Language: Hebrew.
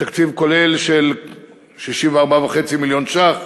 בתקציב כולל של 64.5 מיליון ש"ח.